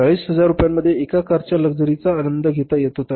तर फक्त 40000 रुपयांमध्ये एका कारच्या लक्झरीचा आनंद घेता येत होता